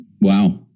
Wow